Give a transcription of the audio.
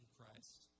Christ